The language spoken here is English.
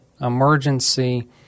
emergency